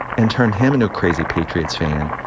and turned him into crazy patriots fan.